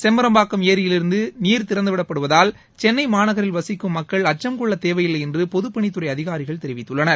செம்பரம்பாக்கம் ஏரியிலிருந்து நீர் திறந்து விடப்படுவதால் சென்னை மாநகரில் வசிக்கும் மக்கள் அச்சம் கொள்ளத் தேவையில்லை என்று பொதுப்பணித்துறை அதிகாரிகள் தெரிவித்துள்ளனர்